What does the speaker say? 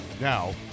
Now